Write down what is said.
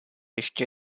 ještě